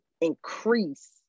increase